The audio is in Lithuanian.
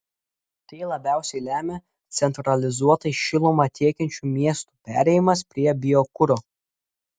tai labiausiai lemia centralizuotai šilumą tiekiančių miestų perėjimas prie biokuro